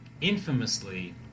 infamously